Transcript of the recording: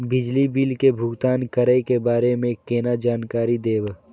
बिजली बिल के भुगतान करै के बारे में केना जानकारी देब?